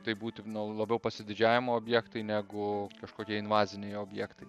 tai būtina nu labiau pasididžiavimo objektai negu kažkokie invaziniai objektai